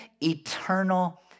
eternal